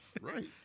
Right